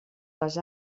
les